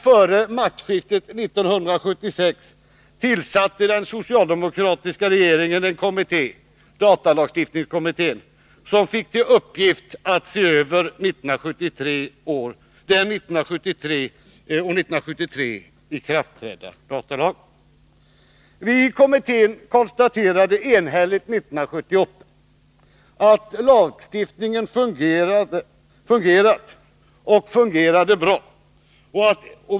Före maktskiftet 1976 tillsatte den socialdemokratiska regeringen en kommitté, datalagstiftningskommittén, som fick till uppgift att se över den år 1973 ikraftträdda datalagen. I kommittén konstaterade vi enhälligt 1978 att lagstiftningen fungerade och fungerade bra.